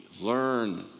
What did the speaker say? Learn